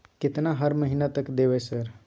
केतना हर महीना तक देबय सर?